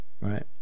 Right